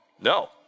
No